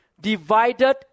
divided